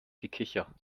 gekicher